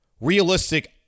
realistic